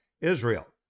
Israel